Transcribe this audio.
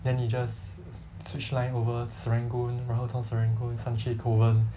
then 你 just switch line over serangoon 然后到从 serangoon 上去 kovan